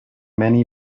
many